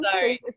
Sorry